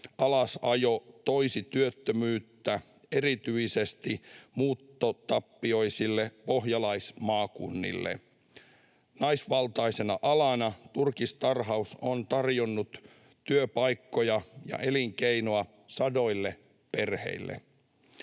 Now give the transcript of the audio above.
alasajo toisi työttömyyttä erityisesti muuttotappioisille pohjalaismaakunnille. Naisvaltaisena alana turkistarhaus on tarjonnut työpaikkoja ja elinkeinoa sadoille perheille,